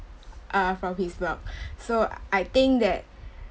uh from his block so I think that